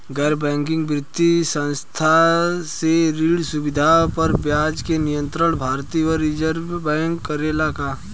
गैर बैंकिंग वित्तीय संस्था से ऋण सुविधा पर ब्याज के नियंत्रण भारती य रिजर्व बैंक करे ला का?